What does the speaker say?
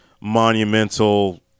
monumental